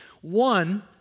One